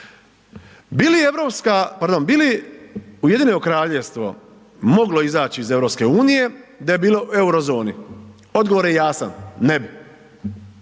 bi li Ujedinjeno Kraljevstvo moglo izaći iz EU da je bilo u eurozoni? Odgovor je jasan, ne bi.